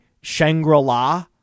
Shangri-La